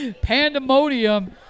Pandemonium